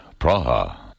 Praha